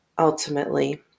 ultimately